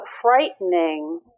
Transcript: frightening